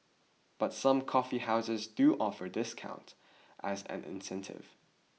but some coffee houses do offer discounts as an incentive